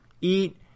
eat